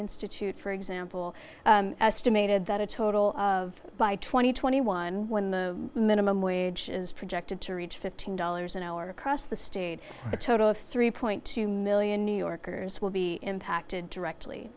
institute for example made that a total of by two thousand and twenty one when the minimum wage is projected to reach fifteen dollars an hour across the state a total of three point two million new yorkers will be impacted directly